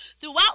throughout